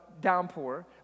downpour